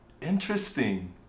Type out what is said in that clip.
interesting